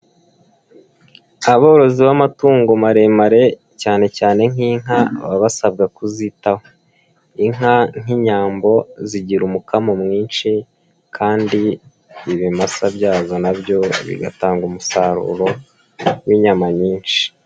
Aborozi b'amatungo maremare cyane cyane nk'inka baba basabwa kuzitaho, inka nk'inyambo zigira umukamo mwinshi kandi ibimasa byazo na byo bigatanga umusaruro w'inyama nyinshi.